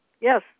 Yes